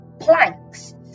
planks